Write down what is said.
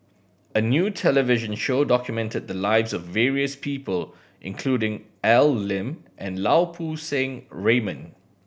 a new television show documented the lives of various people including Al Lim and Lau Poo Seng Raymond